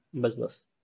business